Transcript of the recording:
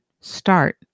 Start